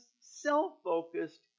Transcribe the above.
self-focused